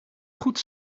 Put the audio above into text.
goed